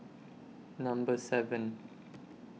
Number seven